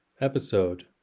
episode